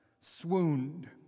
swooned